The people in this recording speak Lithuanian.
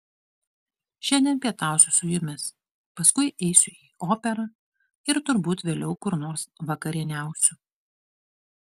šiandien pietausiu su jumis paskui eisiu į operą ir turbūt vėliau kur nors vakarieniausiu